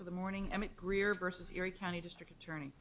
for the morning and greer versus erie county district attorney